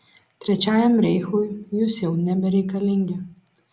trečiajam reichui jūs jau nebereikalingi